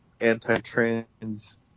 anti-trans